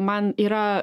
man yra